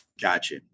Gotcha